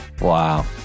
Wow